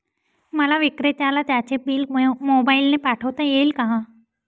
मला विक्रेत्याला त्याचे बिल मोबाईलने पाठवता येईल का?